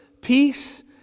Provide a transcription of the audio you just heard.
peace